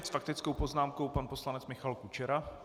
S faktickou poznámkou pan poslanec Michal Kučera.